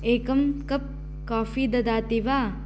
एकम् cup coffee ददाति वा